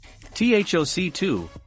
THOC2